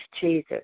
Jesus